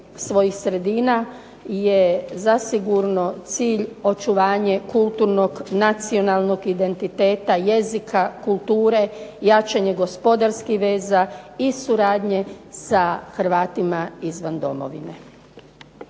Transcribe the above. svojih sredina je zasigurno cilj očuvanje kulturnog, nacionalnog, identiteta, jezika, kulture, jačanje gospodarskih veza i suradnje sa Hrvatima izvan domovine.